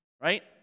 right